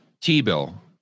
T-bill